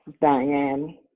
Diane